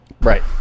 Right